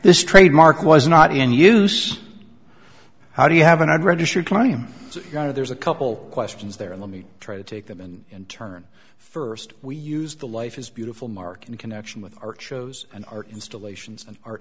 this trademark was not in use how do you have an i registered client going to there's a couple questions there let me try to take them in and turn first we use the life is beautiful mark in connection with art shows and art installations and art